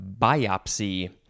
biopsy